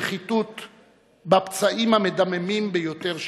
בחיטוט בפצעים המדממים ביותר שלנו,